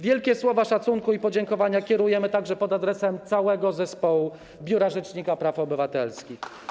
Wielskie słowa szacunku i podziękowania kierujemy także pod adresem całego zespołu Biura Rzecznika Praw Obywatelskich.